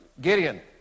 Gideon